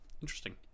interesting